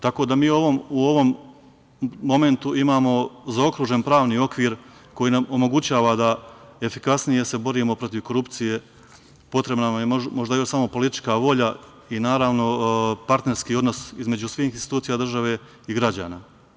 Tako da mi u ovom momentu imamo zaokružen pravni okvir koji nam omogućava da se efikasnije borimo protiv korupcije, potrebna nam je možda još samo politička volja i naravno partnerski odnos između svih institucija države i građana.